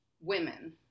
women